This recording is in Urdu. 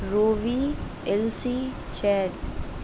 رووی ایل سی چین